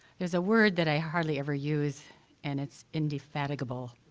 there's a word that i hardly ever use and it's indefatigable,